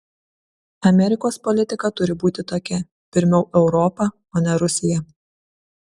amerikos politika turi būti tokia pirmiau europa o ne rusija